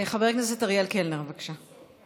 חבר הכנסת אריאל קלנר, בבקשה.